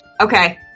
Okay